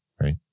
right